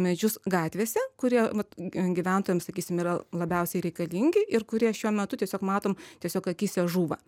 medžius gatvėse kurie vat gyventojams sakysim yra labiausiai reikalingi ir kurie šiuo metu tiesiog matom tiesiog akyse žūva